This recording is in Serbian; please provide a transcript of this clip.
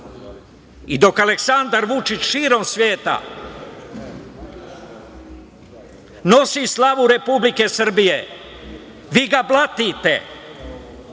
I dok Aleksandar Vučić širom sveta nosi slavu Republike Srbije, vi ga blatite,